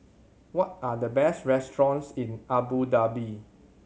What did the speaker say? what are the best restaurants in Abu Dhabi